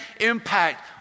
impact